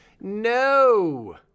No